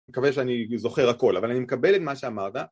מקווה שאני זוכר הכל אבל אני מקבל את מה שאמרת